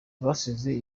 basize